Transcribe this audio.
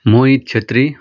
Mohit Chhetri